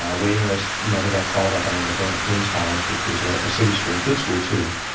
um waiting list, never got called up. i ended up going to queens college, which was a city school. good school, too.